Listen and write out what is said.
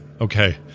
okay